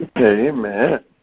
Amen